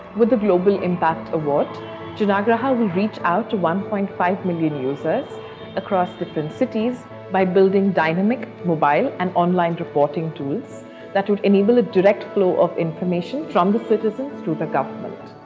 with the global impact award janaagraha will reach out to one point five million users across different cities by building dynamic, mobile, and online reporting tools that would enable a direct flow of information from the citizens to the government.